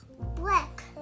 Black